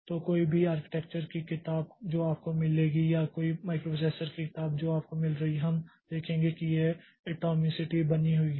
तो कोई भी आर्किटेक्चर की किताब जो आपको मिलेगी या कोई माइक्रोप्रोसेसर की किताब जो आपको मिल रही हम देखेंगे कि यह एटमॉसिटी बनी हुई है